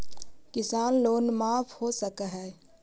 किसान लोन माफ हो सक है?